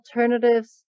alternatives